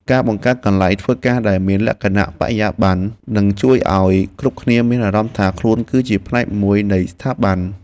ការបង្កើតកន្លែងធ្វើការដែលមានលក្ខណៈបរិយាបន្ននឹងជួយឱ្យគ្រប់គ្នាមានអារម្មណ៍ថាខ្លួនគឺជាផ្នែកមួយនៃស្ថាប័ន។